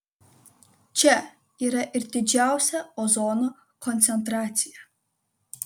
čia yra ir didžiausia ozono koncentracija